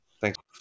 thanks